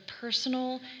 personal